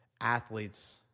athletes